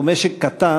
הוא משק קטן,